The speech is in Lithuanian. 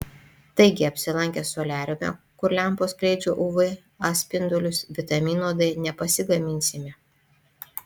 taigi apsilankę soliariume kur lempos skleidžia uv a spindulius vitamino d nepasigaminsime